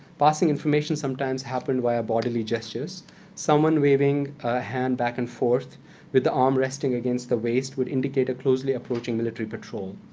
passing information sometimes happened via bodily gestures someone waving a hand back and forth with the arm resting against the waist would indicate a closely approaching military patrol.